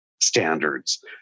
standards